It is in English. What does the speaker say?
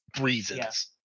reasons